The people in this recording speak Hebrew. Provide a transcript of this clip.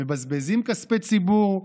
מבזבזים כספי ציבור.